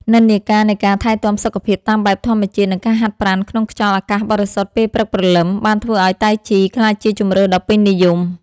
និន្នាការនៃការថែទាំសុខភាពតាមបែបធម្មជាតិ និងការហាត់ប្រាណក្នុងខ្យល់អាកាសបរិសុទ្ធពេលព្រឹកព្រលឹម បានធ្វើឱ្យតៃជីក្លាយជាជម្រើសដ៏ពេញនិយម។